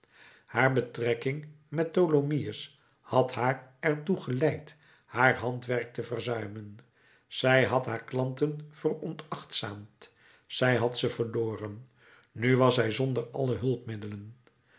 haar betrekking met tholomyès had haar er toe geleid haar handwerk te verzuimen zij had haar klanten veronachtzaamd zij had ze verloren nu was zij zonder alle hulpmiddelen